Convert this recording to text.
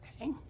Okay